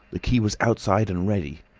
the key was outside and ready.